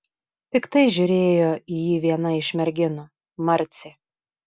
piktai žiūrėjo į jį viena iš merginų marcė